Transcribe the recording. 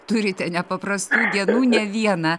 turite nepaprastų dienų ne vieną